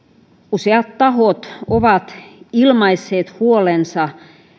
useat tahot ovat ilmaisseet huolensa